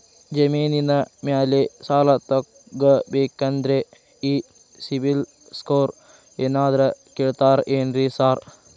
ಜಮೇನಿನ ಮ್ಯಾಲೆ ಸಾಲ ತಗಬೇಕಂದ್ರೆ ಈ ಸಿಬಿಲ್ ಸ್ಕೋರ್ ಏನಾದ್ರ ಕೇಳ್ತಾರ್ ಏನ್ರಿ ಸಾರ್?